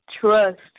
trust